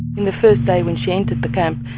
in the first day when she entered the camp,